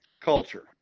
culture